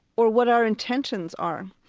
or what our intentions are.